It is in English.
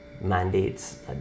mandates